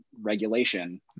regulation